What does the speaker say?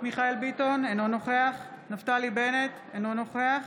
מיכאל ביטון, אינו נוכח נפתלי בנט, אינו נוכח